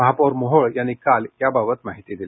महापौर मोहोळ यांनी काल याबाबत माहिती दिली